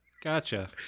Gotcha